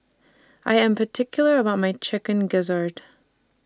I Am particular about My Chicken Gizzard